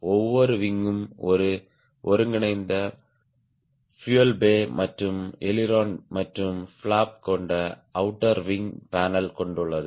ஒவ்வொரு விங்ம் ஒரு ஒருங்கிணைந்த பியூயல் பெய் மற்றும் அய்லிரோன் மற்றும் பிளாப் கொண்ட அவுட்டர் விங் பேனல் கொண்டுள்ளது